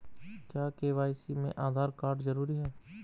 क्या के.वाई.सी में आधार कार्ड जरूरी है?